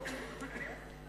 אין דבר כזה "תקרת הגירעון".